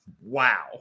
Wow